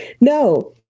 No